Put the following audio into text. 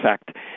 effect